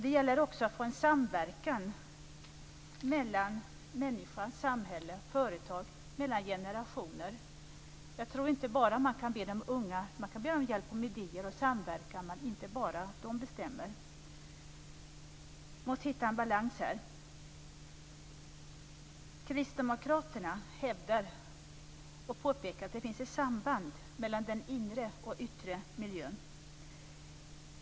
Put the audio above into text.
Det gäller också att få en samverkan mellan människa, samhälle och företag, mellan generationer. Man kan be de unga om hjälp med idéer och samverkan, inte bara med att bestämma. Man måste hitta en balans här. Kristdemokraterna påpekar att det finns ett samband mellan den inre och yttre miljön.